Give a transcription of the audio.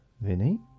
Vinny